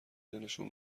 دلشون